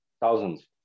thousands